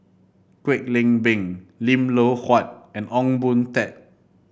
Kwek Leng Beng Lim Loh Huat and Ong Boon Tat